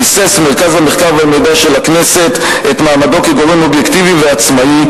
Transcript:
ביסס מרכז המחקר והמידע של הכנסת את מעמדו כגורם אובייקטיבי ועצמאי,